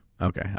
okay